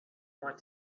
want